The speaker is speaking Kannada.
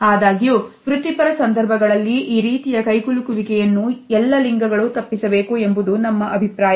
ಆದಾಗ್ಯೂ ವೃತ್ತಿಪರ ಸಂದರ್ಭಗಳಲ್ಲಿ ಈ ರೀತಿಯ ಕೈಕುಲುಕುವಿಕೆಯನ್ನು ಎಲ್ಲ ಲಿಂಗಗಳು ತಪ್ಪಿಸಬೇಕು ಎಂಬುದು ನಮ್ಮ ಅಭಿಪ್ರಾಯ